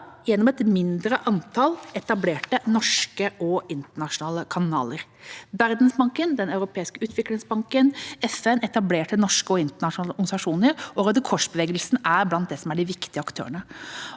gjennom et mindre antall etablerte norske og internasjonale kanaler. Verdensbanken, Den europeiske utviklingsbanken, FN, etablerte norske og internasjonale organisasjoner og Røde Kors-bevegelsen er blant de viktige aktørene.